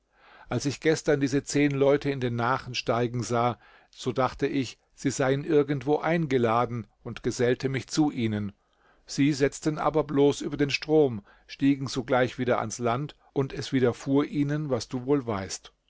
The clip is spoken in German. als ich gestern diese zehn leute in den nachen steigen sah so dachte ich sie seien irgendwo eingeladen und gesellte mich zu ihnen sie setzten aber bloß über den strom stiegen sogleich wieder ans land und es widerfuhr ihnen was du wohl weißt